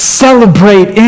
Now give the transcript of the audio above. celebrate